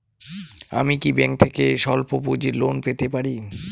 আমি কি ব্যাংক থেকে স্বল্প পুঁজির লোন পেতে পারি?